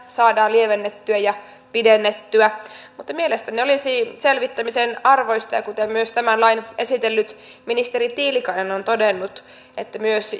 saadaan lievennettyä ja pidennettyä mielestäni olisi selvittämisen arvoista kuten myös tämän lain esitellyt ministeri tiilikainen on todennut että myös